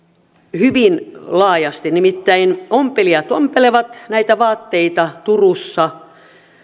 hyvin laajasti nimittäin ompelijat ompelevat näitä vaatteita turussa